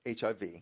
HIV